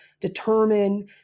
determine